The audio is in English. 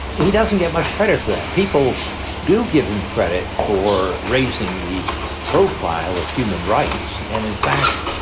he doesn't get much credit for that. people do give him credit for raising the profile of human rights. and in fact,